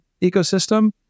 ecosystem